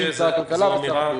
שר הכלכלה ושר הבריאות.